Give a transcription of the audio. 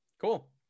Cool